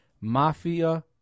mafia